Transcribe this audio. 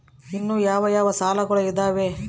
ಇನ್ನು ಯಾವ ಯಾವ ಸಾಲಗಳು ಇದಾವೆ?